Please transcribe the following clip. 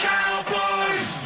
Cowboys